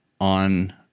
on